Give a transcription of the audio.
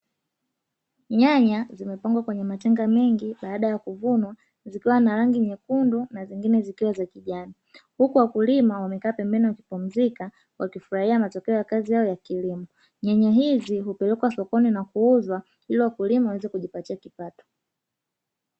Nyanya zimepangwa kwenye matenga mengi baada ya kuvunwa zikiwa na rangi nyekundu na zingine zikiwa za kijani, huku wakulima wamekaa pembeni wakipumzika, wakifurahia matokeo ya kazi yao ya kilimo. Nyanya hizi hupelekwa sokoni na kuuzwa ili wakulima waweze kujipatia kipato.